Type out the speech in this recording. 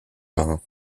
marin